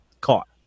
caught